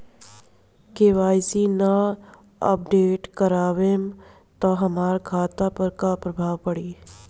KYC ना update करवाएम त हमार खाता पर का प्रभाव पड़ी?